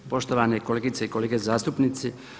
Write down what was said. Poštovane kolegice i kolege zastupnici.